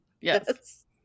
yes